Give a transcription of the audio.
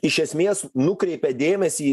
iš esmės nukreipia dėmesį